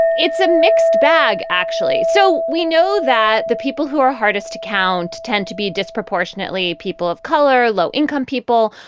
it's a mixed bag, actually. so we know that the people who are hardest to count tend to be disproportionately people of color, low income people,